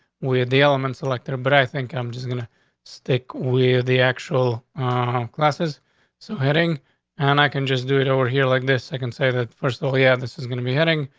we have the element selector, but i think i'm just gonna stick were the actual, um classes so heading and i can just do it over here like this. i can say that first. oh, yeah, this is gonna be heading.